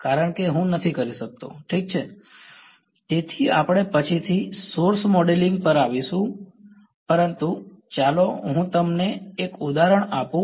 હા ઠીક છે તેથી આપણે પછીથી સોર્સ મોડેલિંગ પર આવીશું પરંતુ ચાલો હું તમને એક ઉદાહરણ આપું